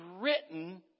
written